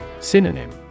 Synonym